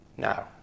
Now